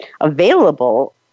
available